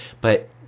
But-